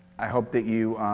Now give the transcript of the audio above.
i hope that you